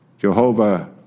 Jehovah